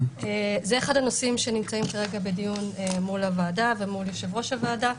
זה אחד הנושאים שנמצאים בדיון מול הוועדה ומול יושב-ראש הוועדה.